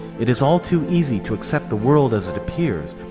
it is all too easy to accept the world as it appears,